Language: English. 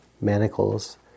manacles